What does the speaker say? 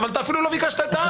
אבל, אתה אפילו לא ביקשת את ה-א'.